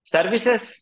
Services